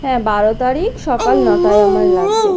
হ্যাঁ বারো তারিখ সকাল নটায় আমার লাগবে